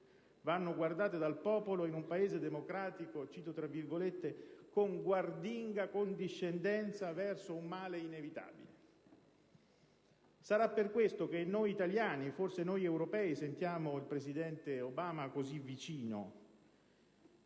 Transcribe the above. vanno guardate dal popolo in un Paese democratico «con guardinga condiscendenza verso un male inevitabile». Sarà per questo che noi italiani, forse noi europei, sentiamo il presidente Obama così vicino,